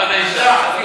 מעמד האישה.